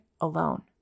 alone